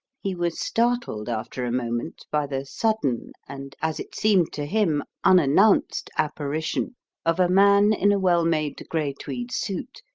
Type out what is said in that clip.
he was startled after a moment by the sudden, and as it seemed to him unannounced apparition of a man in a well-made grey tweed suit,